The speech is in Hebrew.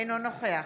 אינו נוכח